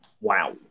Wow